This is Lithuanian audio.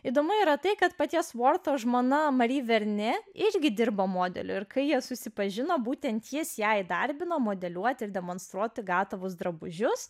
įdomu yra tai kad paties mortos žmona mari verne irgi dirba modeliu ir kai jie susipažino būtent jis ją įdarbino modeliuoti ir demonstruoti gatavus drabužius